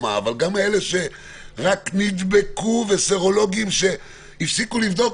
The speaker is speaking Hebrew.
אבל גם אלה שרק נדבקו וסרולוגים שהפסיקו לבדוק